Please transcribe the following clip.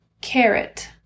carrot